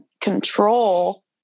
control